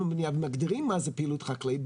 והבנייה ומגדירים מה זה פעילות חקלאית,